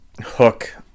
hook